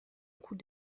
coup